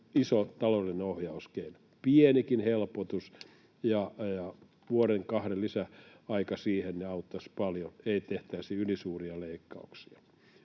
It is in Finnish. iso taloudellinen ohjauskeino: pienikin helpotus ja vuoden kahden lisäaika siihen auttaisi paljon, niin ei tehtäisi ylisuuria leikkauksia.